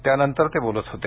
त्यानंतर ते बोलत होते